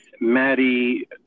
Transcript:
Maddie